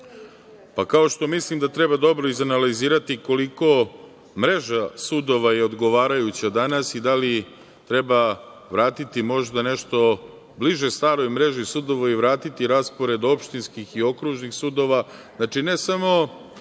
pa kao što mislim da treba dobro izanalizirati koliko mreža sudova je odgovarajuća danas i da li treba vratiti možda nešto bliže staroj mreži sudova i vratiti raspored opštinskih i okružnih sudova, znači, ne samo